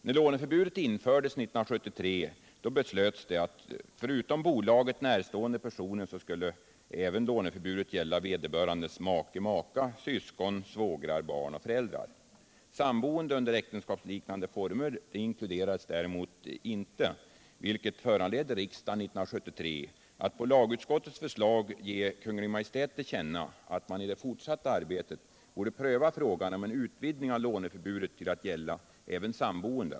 När låneförbudet infördes 1973 beslöts det att förutom bolaget närstående personer skulle låneförbudet gälla vederbörandes make/maka, syskon, svågrar, barn och föräldrar. Samboende under äktenskapsliknande former inkluderades däremot inte, vilket föranledde riksdagen 1973 att på lagutskottets förslag ge Kungl. Maj:t till känna att man i det fortsatta arbetet borde pröva frågan om en utvidgning av låneförbudet till att gälla även samboende.